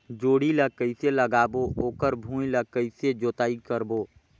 जोणी ला कइसे लगाबो ओकर भुईं ला कइसे जोताई करबो?